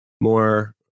more